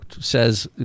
says